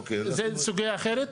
זה סוגייה אחרת.